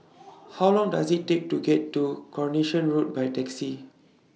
How Long Does IT Take to get to Coronation Road By Taxi